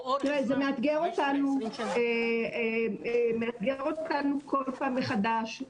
תראה, זה מאתגר אותנו כל פעם מחדש.